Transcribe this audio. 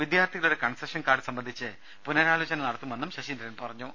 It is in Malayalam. വിദ്യാർഥി കളുടെ കൺസഷൻ കാർഡ് സംബന്ധിച്ച് പുനരാലോചന നടത്തു മെന്നും ശശീന്ദ്രൻ പറഞ്ഞു